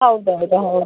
ಹೌದು ಹೌದಾ ಹೌದು